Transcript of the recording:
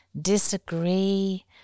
disagree